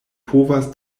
povas